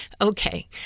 Okay